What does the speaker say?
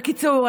בקיצור,